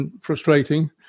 frustrating